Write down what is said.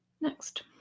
next